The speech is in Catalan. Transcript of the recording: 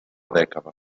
dècada